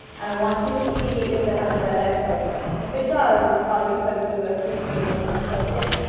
and i want you to see if it has a red x over and if it does, it's probably because the usb cable is not plugged in.